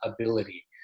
ability